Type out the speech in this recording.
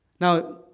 Now